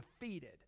defeated